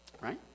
Right